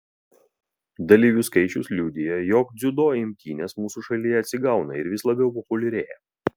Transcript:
dalyvių skaičius liudija jog dziudo imtynės mūsų šalyje atsigauna ir vis labiau populiarėja